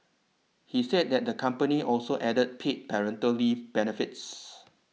he said that the company also added paid parental leave benefits